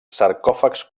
sarcòfags